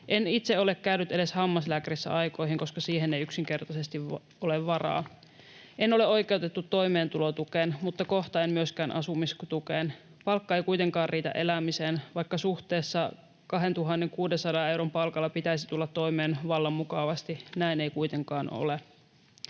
En itse ole käynyt edes hammaslääkärissä aikoihin, koska siihen ei yksinkertaisesti ole varaa. En ole oikeutettu toimeentulotukeen mutta kohta en myöskään asumistukeen. Palkka ei kuitenkaan riitä elämiseen, vaikka suhteessa 2 600 euron palkalla pitäisi tulla toimeen vallan mukavasti. Näin ei kuitenkaan ole.